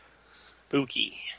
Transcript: Spooky